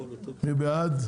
מי בעד?